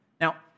Now